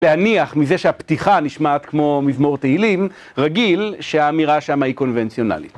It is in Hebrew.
להניח מזה שהפתיחה נשמעת כמו מזמור תהילים, רגיל שהאמירה שמה היא קונבנציונלית.